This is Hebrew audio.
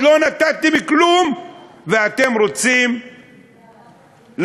עוד לא נתתם כלום ואתם רוצים לקחת.